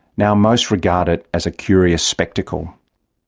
now most regard it as a curious spectacle.